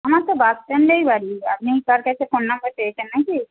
আমার তো বাস স্ট্যান্ডেই বাড়ি আপনি কার কাছে ফোন নাম্বার পেয়েছেন না কি